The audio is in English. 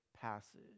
passage